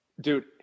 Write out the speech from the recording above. dude